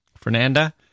Fernanda